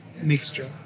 mixture